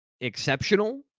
exceptional